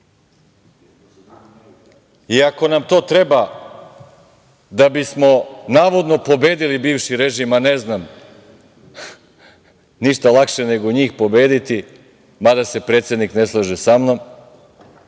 ako nam to treba da bismo navodno pobedili bivši režim, ništa lakše nego njih pobediti, mada se predsednik ne slaže sa mnom.